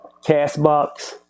CastBox